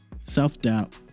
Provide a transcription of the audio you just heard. self-doubt